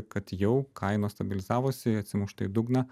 kad jau kainos stabilizavosi atsimušta į dugną